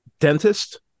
dentist